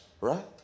Right